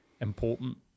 important